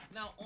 Now